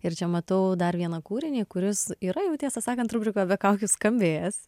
ir čia matau dar vieną kūrinį kuris yra jau tiesą sakant rubrikoje be kaukių skambėjęs